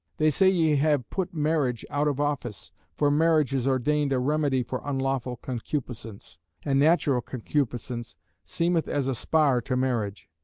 they say ye have put marriage out of office for marriage is ordained a remedy for unlawful concupiscence and natural concupiscence seemeth as a spar to marriage.